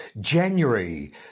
January